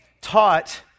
taught